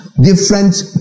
different